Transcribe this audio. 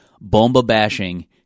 bomba-bashing